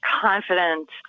confident